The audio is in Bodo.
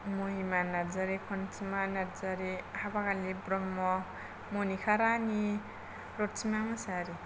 महिमा नार्जारि फन्थिमा नार्जारि हाबागानि ब्रम्ह मनिका रानि प्रतिमा मुसाहारि